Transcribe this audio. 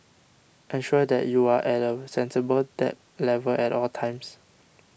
ensure that you are at a sensible debt level at all times